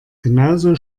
genauso